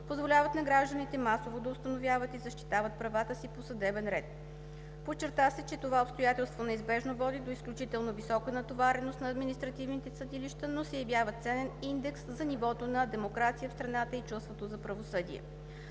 позволяват на гражданите масово да установяват и защитават правата си по съдебен ред. Подчерта се, че това обстоятелство неизбежно води до изключително висока натовареност на административните съдилища, но се явява ценен индекс за нивото на демокрация в страната и чувството за правосъдие.